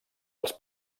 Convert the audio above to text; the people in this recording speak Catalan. als